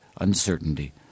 uncertainty